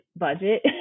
budget